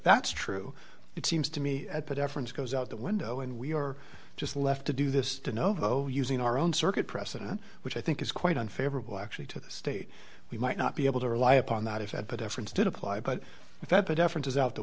that's true it seems to me at the deference goes out the window and we are just left to do this to know though using our own circuit precedent which i think is quite unfavorable actually to the state we might not be able to rely upon that if at the deference did apply but that the deference is out the